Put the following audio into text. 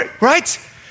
Right